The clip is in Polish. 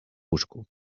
łóżku